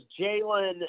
Jalen